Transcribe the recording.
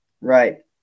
Right